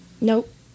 Nope